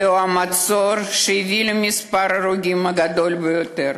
זהו המצור שהביא למספר ההרוגים הגדול ביותר.